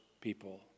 people